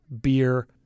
beer